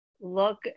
look